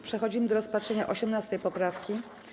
Przechodzimy do rozpatrzenia 18. poprawki.